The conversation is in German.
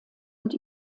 und